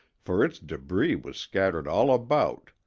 for its debris was scattered all about,